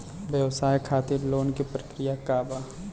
व्यवसाय खातीर लोन के प्रक्रिया का बा?